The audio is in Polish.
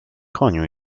koniu